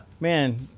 Man